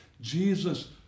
Jesus